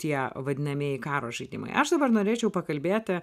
tie vadinamieji karo žaidimai aš dabar norėčiau pakalbėti